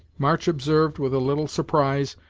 march observed, with a little surprise,